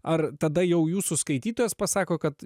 ar tada jau jūsų skaitytojas pasako kad